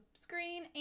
screen